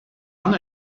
anna